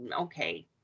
okay